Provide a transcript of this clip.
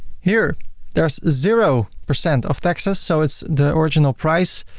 here there's zero percent of taxes so it's the original price.